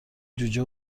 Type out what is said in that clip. جوجه